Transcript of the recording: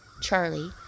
Charlie